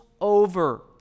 over